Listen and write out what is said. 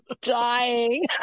dying